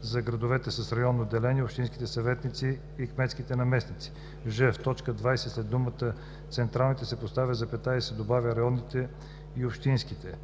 за градовете с районно деление, общинските съветници и кметските наместници;”; ж) в т. 20 след думата „централните“ се поставя запетая и се добавя „районните и общинските“.